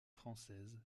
française